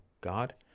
God